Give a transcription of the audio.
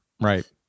right